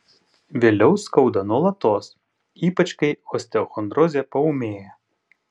vėliau skauda nuolatos ypač kai osteochondrozė paūmėja